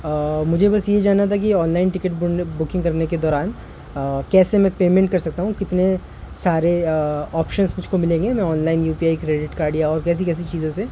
مجھے بس یہ جاننا تھا کہ آن لائن ٹکٹ بکنگ کرنے کے دوران کیسے میں پیمنٹ کر سکتا ہوں کتنے سارے آپشنس مجھ کو ملیں گے میں online U P I credit card یا اور کیسی کیسی چیزوں سے